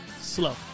slow